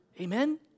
Amen